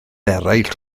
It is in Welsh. eraill